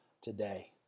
today